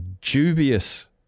dubious